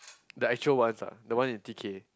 the actual ones ah the one in T_K